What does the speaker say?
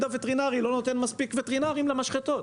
הווטרינרי לא נותן מספיק וטרינרים למשחטות.